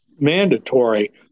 mandatory